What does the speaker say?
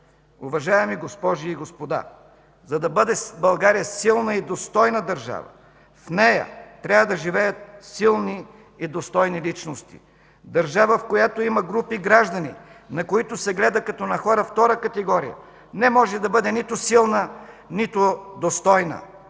Уважаеми госпожи и господа, за да бъде България силна и достойна държава, в нея трябва да живеят силни и достойни личности. Държава, в която има групи граждани, на които се гледа като на хора втора категория, не може да бъде нито силна, нито достойна!